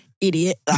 Idiot